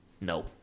No